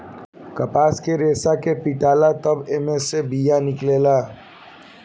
कपास के रेसा के पीटाला तब एमे से बिया निकलेला